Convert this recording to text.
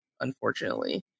unfortunately